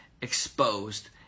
exposed